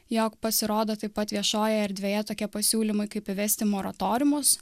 jog pasirodo taip pat viešojoje erdvėje tokie pasiūlymai kaip įvesti moratoriumus